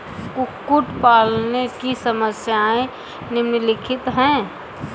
कुक्कुट पालन की समस्याएँ निम्नलिखित हैं